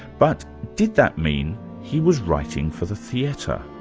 but did that mean he was writing for the theatre?